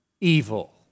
evil